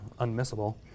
unmissable